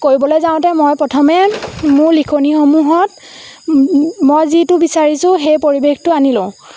কৰিবলৈ যাওঁতে মই প্ৰথমে মোৰ লিখনিসমূহত মই যিটো বিচাৰিছোঁ সেই পৰিৱেশটো আনি লওঁ